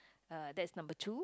uh that's number two